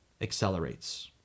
accelerates